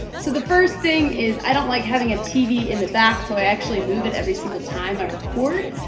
so the first thing is i don't like having a tv in the back so i actually move it every single time i record.